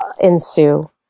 ensue